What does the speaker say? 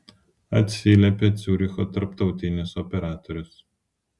atsiliepė ciuricho tarptautinis operatorius